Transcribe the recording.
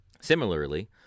Similarly